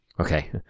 okay